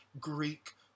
Greek